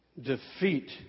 defeat